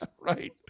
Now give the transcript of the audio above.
Right